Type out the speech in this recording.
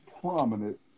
prominent